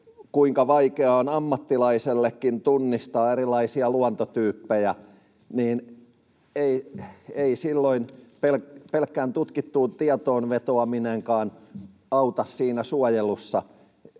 kuinka vaikeaa on ammattilaisellekin tunnistaa erilaisia luontotyyppejä, niin ei silloin pelkkään tutkittuun tietoon vetoaminenkaan auta siinä suojelussa.